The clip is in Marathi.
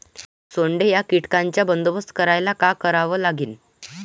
सोंडे या कीटकांचा बंदोबस्त करायले का करावं लागीन?